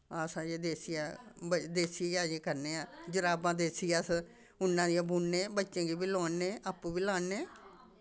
अस अजें देसी देसी गै अजें करने आं जराबां देसी अस उन्नां दियां बुनने बच्चें गी बी लोआन्ने आपूं बी लान्ने